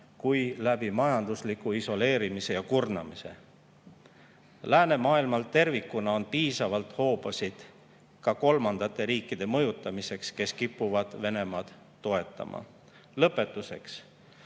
kui majandusliku isoleerimise ja kurnamise abil. Läänemaailmal tervikuna on piisavalt hoobasid ka kolmandate riikide mõjutamiseks, kes kipuvad Venemaad toetama. Lõpetuseks.